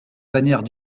bannière